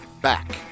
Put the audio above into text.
back